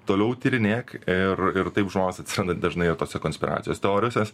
toliau tyrinėk ir ir taip žmonės atsiranda dažnai tose konspiracijos teorijose